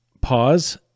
pause